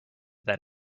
that